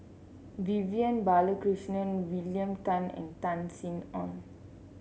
Vivian Balakrishnan William Tan and Tan Sin Aun